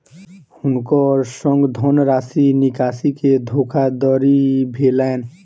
हुनकर संग धनराशि निकासी के धोखादड़ी भेलैन